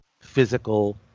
physical